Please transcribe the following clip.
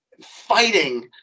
fighting